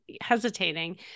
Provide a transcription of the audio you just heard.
hesitating